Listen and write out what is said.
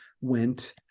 went